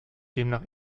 demnach